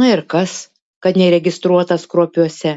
na ir kas kad neregistruotas kruopiuose